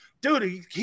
Dude